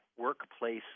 workplace